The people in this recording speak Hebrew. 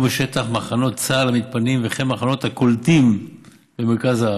בשטחי מחנות צה"ל המתפנים וכן במחנות הקולטים במרכז הארץ.